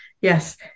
yes